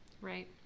Right